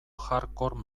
hardcore